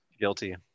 guilty